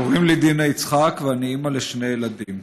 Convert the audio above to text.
קוראים לי דינה יצחק, ואני אימא לשני ילדים.